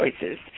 choices